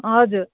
हजुर